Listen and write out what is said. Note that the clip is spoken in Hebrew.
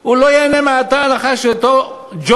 הוא לא ייהנה מאותה הנחה שאותו ג'ובניק,